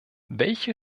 welche